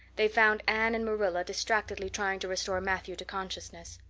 they found anne and marilla distractedly trying to restore matthew to consciousness.